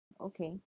Okay